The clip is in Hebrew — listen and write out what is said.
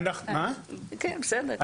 בסדר,